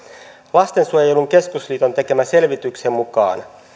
lastensuojelun keskusliiton tekemän selvityksen mukaan